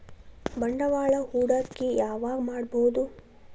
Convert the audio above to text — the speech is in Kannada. ಬಂಡವಾಳ ಹೂಡಕಿ ಯಾವಾಗ್ ಮಾಡ್ಬಹುದು?